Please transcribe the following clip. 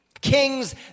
kings